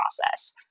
process